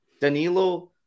Danilo